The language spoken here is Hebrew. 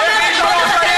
גם לך אין,